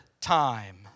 time